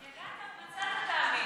יגעת מצאת תאמין.